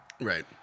Right